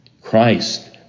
Christ